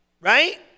right